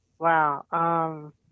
Wow